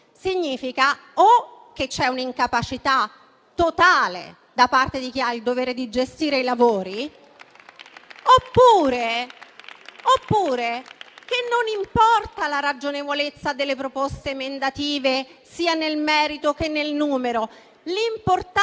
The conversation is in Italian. significa o che c'è un'incapacità totale da parte di chi ha il dovere di gestire i lavori oppure che non importa la ragionevolezza delle proposte emendative, sia nel merito che nel numero.